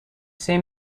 see